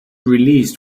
released